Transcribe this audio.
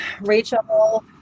Rachel